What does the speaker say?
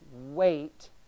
wait